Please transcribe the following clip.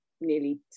nearly